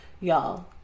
y'all